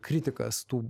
kritikas tų